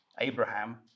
Abraham